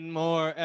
more